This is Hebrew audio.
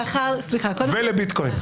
ולביטקוין.